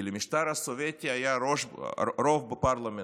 למשטר הסובייטי היה רוב בפרלמנט,